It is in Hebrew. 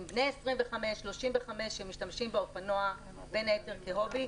הם בני 25, 35, שמשתמשים באופנוע בין היתר כהובי.